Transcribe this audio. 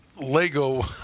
Lego